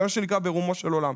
מה שנקרא ברומו של עולם,